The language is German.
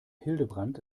hildebrand